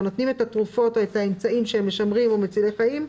נותנים את התרופות או את האמצעים שהם משמרים או מצילי חיים,